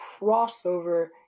crossover